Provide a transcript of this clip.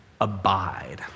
abide